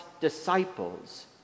disciples